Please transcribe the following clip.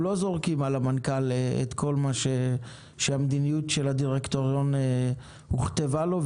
אנחנו לא זורקים על המנכ"ל את כל המדיניות של הדירקטוריון שהוכתבה לו,